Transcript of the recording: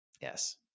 Yes